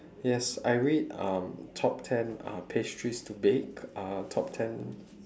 yes I read um top ten uh pastries to bake uh top ten